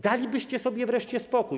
Dalibyście sobie wreszcie spokój.